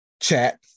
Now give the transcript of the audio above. chat